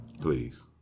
Please